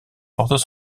portent